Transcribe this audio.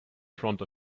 front